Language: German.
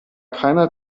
keiner